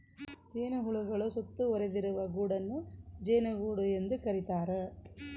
ಜೇನುಹುಳುಗಳು ಸುತ್ತುವರಿದಿರುವ ಗೂಡನ್ನು ಜೇನುಗೂಡು ಎಂದು ಕರೀತಾರ